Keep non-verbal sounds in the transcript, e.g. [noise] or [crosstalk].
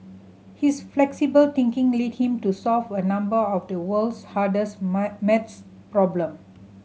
his flexible thinking led him to solve a number of the world's hardest [unintelligible] maths problem